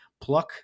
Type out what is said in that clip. pluck